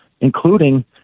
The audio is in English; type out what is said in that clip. including